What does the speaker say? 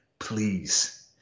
please